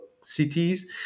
cities